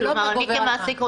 זה לא מה גובר על מה.